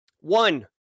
One